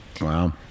Wow